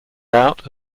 out